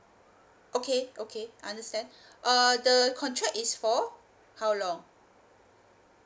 okay okay understand uh the contract is for how long